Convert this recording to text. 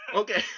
okay